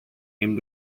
aimed